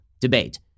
debate